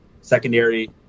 Secondary